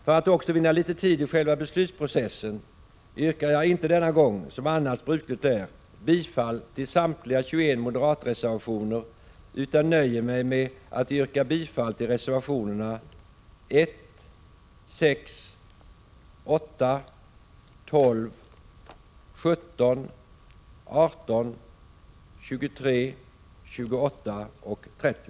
För att också vinna litet tid i själva beslutsprocessen yrkar jag inte denna gång, som annars brukligt är, bifall till samtliga 21 moderatreservationer, utan nöjer mig med att yrka bifall till reservationerna 1,6, 8, 12, 17,18, 23, 28 och 30.